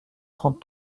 trente